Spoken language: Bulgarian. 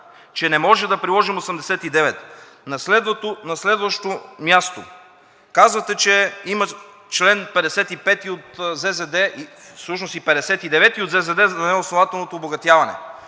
че не можем да приложим чл. 89. На следващо място. Казвате, че има чл. 55 от ЗЗД всъщност и чл. 59 от ЗЗД за неоснователното обогатяване.